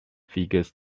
figures